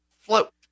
float